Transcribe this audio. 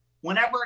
Whenever